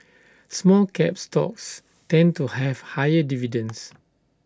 small cap stocks tend to have higher dividends